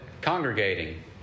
congregating